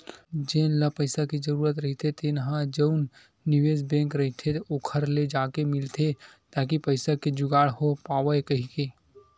जेन ल पइसा के जरूरत रहिथे तेन ह जउन निवेस बेंक रहिथे ओखर ले जाके मिलथे ताकि पइसा के जुगाड़ हो पावय कहिके